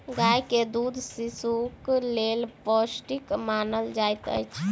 गाय के दूध शिशुक लेल पौष्टिक मानल जाइत अछि